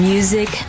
Music